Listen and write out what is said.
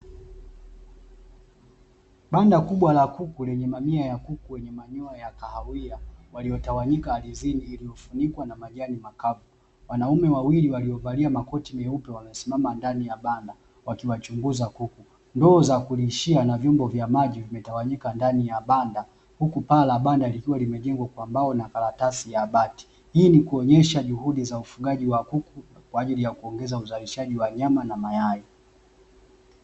Banda kubwa la kuku, lenye mamia ya kuku wenye manyoya ya kahawia waliotawanyika aridhini, iliyofunikwa na majani makavu. Wanaume wawili waliovalia makoti meupe wamesimama ndani ya banda wakiwachunguza kuku, ndoo za kulishia na vyombo vya maji vimetawanyika ndani ya banda. Huku paa la banda likiwa limejengwa kwa mbao na karatasi ya bati, hii ni kuonyesha juhudi za ufugaji wa kuku kwa ajili ya kuongeza uzalishaji wa nyama na mayai.